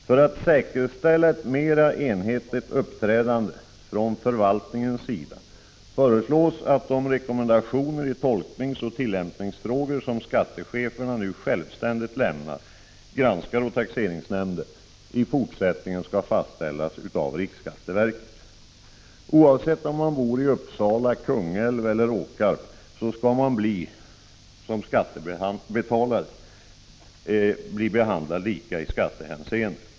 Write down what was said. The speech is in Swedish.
För att man skall kunna säkerställa ett mer enhetligt uppträdande från förvaltningens sida föreslår regeringen att de rekommendationer i tolkningsoch tillämpningsfrågor som skattecheferna nu självständigt lämnar till granskare och taxeringsnämnder skall fastställas av riksskatteverket. Oavsett om man bor i Uppsala, Kungsbacka eller Åkarp skall man som skattebetalare bli behandlad lika i skattehänseende.